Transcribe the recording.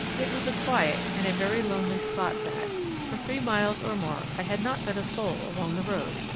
it was a quiet and a very lonely spot that for three miles or more i had not met a soul along the road,